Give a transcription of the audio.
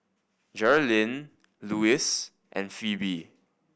Geralyn Luis and Pheobe